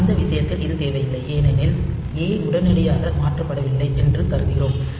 ஆனால் இந்த விஷயத்தில் இது தேவையில்லை ஏனெனில் ஏ உடனடியாக மாற்றப்படவில்லை என்று கருதுகிறோம்